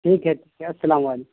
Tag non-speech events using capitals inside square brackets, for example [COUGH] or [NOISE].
ٹھیک ہے [UNINTELLIGIBLE] السلام علیکم